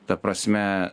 ta prasme